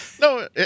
No